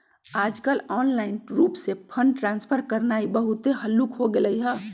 याजकाल ऑनलाइन रूप से फंड ट्रांसफर करनाइ बहुते हल्लुक् हो गेलइ ह